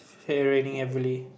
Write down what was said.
raining heavily